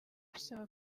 bisaba